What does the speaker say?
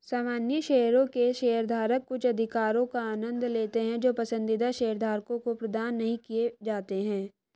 सामान्य शेयरों के शेयरधारक कुछ अधिकारों का आनंद लेते हैं जो पसंदीदा शेयरधारकों को प्रदान नहीं किए जाते हैं